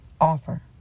offer